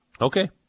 Okay